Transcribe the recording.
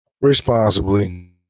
Responsibly